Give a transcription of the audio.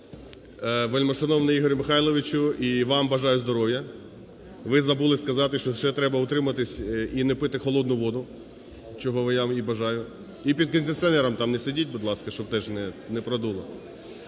В.Б. Вельмишановний Ігорю Михайловичу і вам бажаю здоров'я, ви забули сказати, що ще треба утриматись і не пити холодну воду – чого я вам і бажаю, і під кондиціонером там не сидіть, будь ласка, щоб теж не продуло.